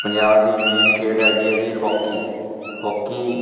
ਪੰਜਾਬ ਦੀ ਮੇਨ ਖੇਡ ਹੈਗੀ ਹੈ ਜੀ ਹੋਕੀ ਹੋਕੀ